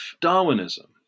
Darwinism